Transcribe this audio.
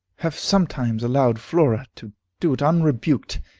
have sometimes allowed flora to do it unrebuked,